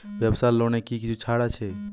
ব্যাবসার লোনে কি কিছু ছাড় আছে?